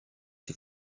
się